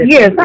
Yes